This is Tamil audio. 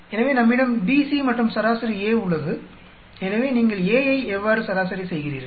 எனவே நம்மிடம் BC மற்றும் சராசரி A உள்ளது எனவே நீங்கள் A ஐ எவ்வாறு சராசரி செய்கிறீர்கள்